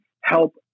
help